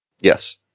Yes